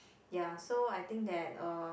ya so I think that uh